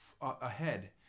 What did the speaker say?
ahead